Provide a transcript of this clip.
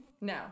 No